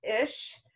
ish